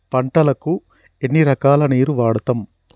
పంటలకు ఎన్ని రకాల నీరు వాడుతం?